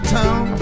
town